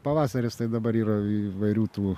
pavasaris tai dabar yra įvairių tų